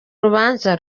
rubanza